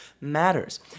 matters